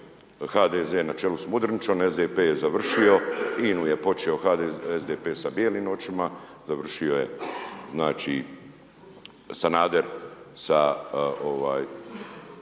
HDZ na čelu s Mudrinićem, SDP je završio, INA-u je počeo SDP sa bijelim očima, završio je znači,